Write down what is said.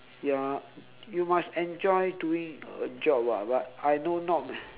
ya you must enjoy doing a job [what] but I know not many